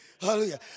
Hallelujah